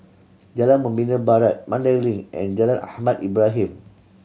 Jalan Membina Barat Mandai Link and Jalan Ahmad Ibrahim